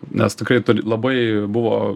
nes tikrai labai buvo